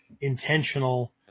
intentional